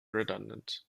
redundant